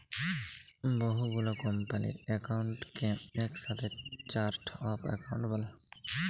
বহু গুলা কম্পালির একাউন্টকে একসাথে চার্ট অফ একাউন্ট ব্যলে